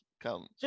come